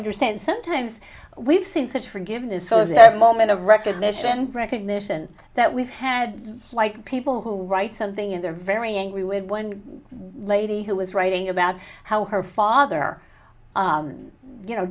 understand sometimes we've seen such forgiveness so as a moment of recognition recognition that we've had like people who write something and they're very angry with one lady who was writing about how her father you know